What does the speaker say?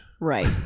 Right